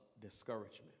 discouragement